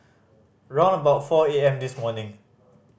round about four A M this morning